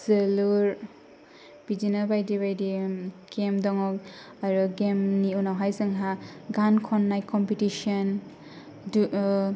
जोलुर बिदिनो बायदि बायदि गेम दं आरो गेमनि उनावहाय जोंहा गान खननाय कमपिटिसन